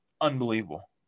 unbelievable